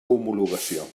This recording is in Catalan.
homologació